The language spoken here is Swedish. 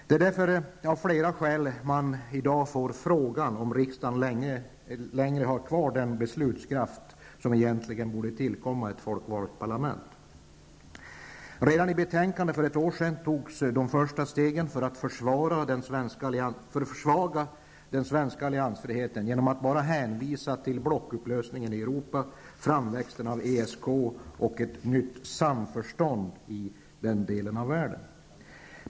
Det är därför av flera skäl man i dag får frågan om huruvida riksdagen längre har kvar den beslutskraft som egentligen borde tillkomma ett folkvalt parlament. Redan i betänkandet för ett år sedan togs de första stegen för att försvaga den svenska alliansfriheten genom att man enbart hänvisade till blockupplösningen i Europa, framväxten av ESK och ett nytt samförstånd i den delen av världen.